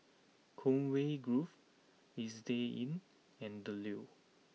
Conway Grove Istay Inn and The Leo